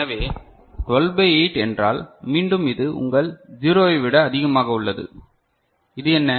எனவே 12 பை 8 என்றால் மீண்டும் இது உங்கள் 0 ஐ விட அதிகமாக உள்ளது இது என்ன